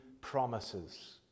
promises